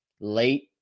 late